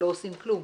לא עושים כלום.